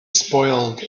spoiled